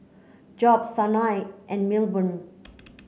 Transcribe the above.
Job Sanai and Milburn